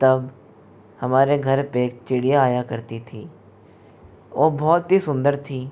तब हमारे घर पर एक चिड़िया आया करती थी वह बहुत ही सुंदर थी